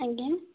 ଆଜ୍ଞା